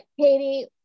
Katie